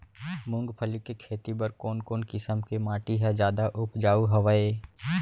मूंगफली के खेती बर कोन कोन किसम के माटी ह जादा उपजाऊ हवये?